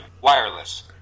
wireless